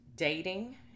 Dating